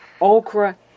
okra